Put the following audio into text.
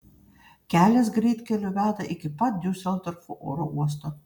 kelias greitkeliu veda iki pat diuseldorfo oro uosto